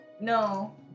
No